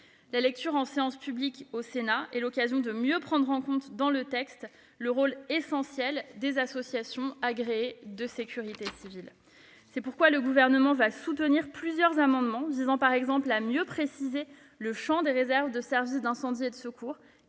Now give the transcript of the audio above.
La lecture en séance publique au Sénat est l'occasion de mieux prendre en compte dans le texte le rôle essentiel des associations agréées de sécurité civile. C'est pourquoi le Gouvernement soutiendra plusieurs amendements visant, par exemple, à mieux préciser le champ des réserves des services d'incendie et de secours,